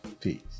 Peace